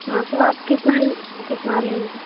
हाँ तो आप कितना कितना लेंगी